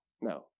No